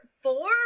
four